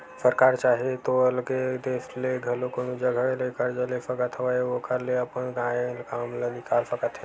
सरकार चाहे तो अलगे देस ले घलो कोनो जघा ले करजा ले सकत हवय अउ ओखर ले अपन आय काम ल निकाल सकत हे